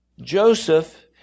Joseph